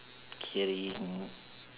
carrying